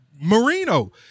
Marino